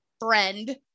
friend